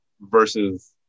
versus